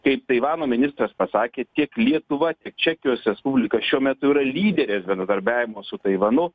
kaip taivano ministras pasakė tiek lietuva tiek čekijos respublika šiuo metu yra lyderės bendradarbiavimo su taivanu